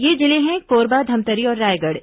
ये जिले हैं कोरबा धमतरी और रायगढ़